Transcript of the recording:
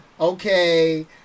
okay